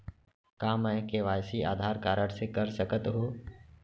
का मैं KYC Aadhaar card से कर सकत हो?